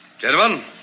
Gentlemen